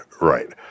right